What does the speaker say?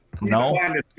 No